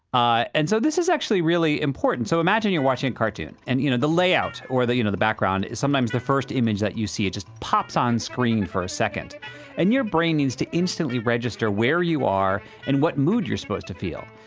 ah and so this is actually really important. so imagine you're watching a cartoon and you know, the layout or the, you know, the background sometimes the first image that you see it just pops on screen for a second and your brain needs to instantly register where you are and what mood you're supposed to feel.